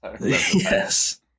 yes